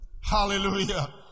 Hallelujah